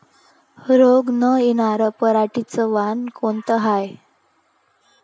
रोग न येनार पराटीचं वान कोनतं हाये?